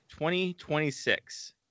2026